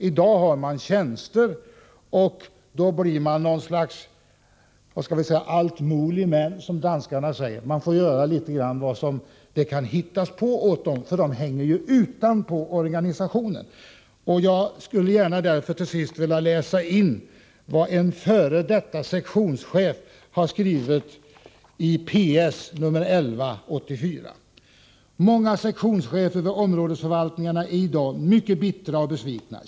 I dag har man tjänster, och då blir man något slags ”alt-mulig-mand” som danskarna säger; de får göra allt möjligt som man kan hitta på åt dem, eftersom de inte ingår i organisationen. Jag skulle gärna vilja läsa upp vad en f. d. sektionschef har skrivit i PS nr 11 1984. ”Många sektionschefer vid områdesförvaltningarna är idag mycket bittra och besvikna.